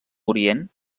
orient